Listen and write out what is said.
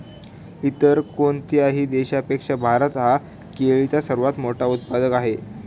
इतर कोणत्याही देशापेक्षा भारत हा केळीचा सर्वात मोठा उत्पादक आहे